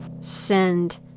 send